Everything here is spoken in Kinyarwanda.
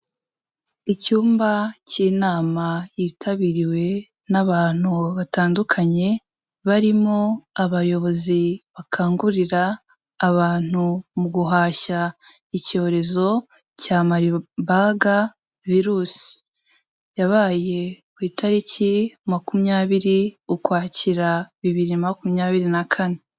Icyumba cy'inama yitabiriwe n'abantu batandukanye barimo abayobozi bakangurira abantu muguhashya icyorezo cya maribaga virusi yabaye ku itariki makumyabiri ukwakira bibiri na makumyabiri na kane.